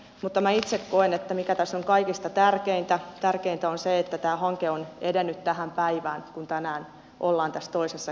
mutta minä itse koen että se mikä tässä on kaikista tärkeintä on se että tämä hanke on edennyt tähän päivään kun tänään ollaan tässä toisessa käsittelyssä